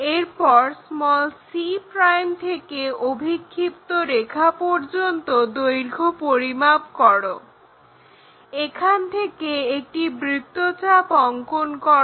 এরপর c থেকে অভিক্ষিপ্ত রেখা পর্যন্ত দৈর্ঘ্য পরিমাপ করে এখান থেকে একটি বৃত্তচাপ অঙ্কন করো